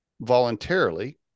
voluntarily